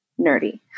nerdy